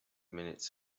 minutes